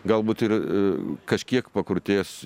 galbūt ir a kažkiek pakrutės